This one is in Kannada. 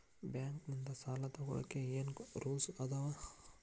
ಬ್ಯಾಂಕ್ ನಿಂದ್ ಸಾಲ ತೊಗೋಳಕ್ಕೆ ಏನ್ ರೂಲ್ಸ್ ಅದಾವ?